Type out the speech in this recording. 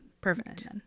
Perfect